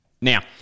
Now